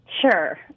Sure